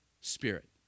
Spirit